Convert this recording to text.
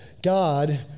God